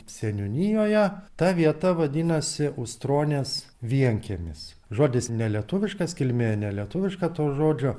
seniūnijoje ta vieta vadinasi ūstronės vienkiemis žodis nelietuviškas kilmė nelietuviška to žodžio